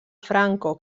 franco